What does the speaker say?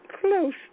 close